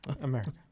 America